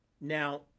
Now